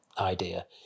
idea